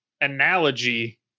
analogy